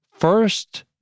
first